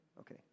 Okay